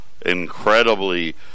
incredibly